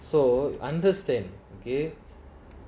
so understand okay